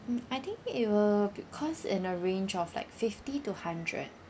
mm I think it will cost in a range of like fifty to hundred